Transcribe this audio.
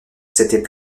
s’étaient